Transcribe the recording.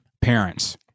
parents